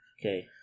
Okay